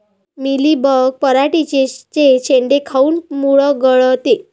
Mealybug पराटीचे चे शेंडे काऊन मुरगळते?